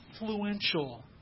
influential